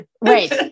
Right